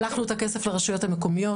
שלחנו את הכסף לרשויות המקומיות.